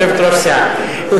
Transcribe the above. יושבת-ראש סיעה.